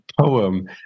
poem